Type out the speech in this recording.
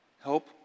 Help